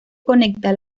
conecta